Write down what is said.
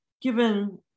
given